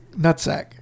nutsack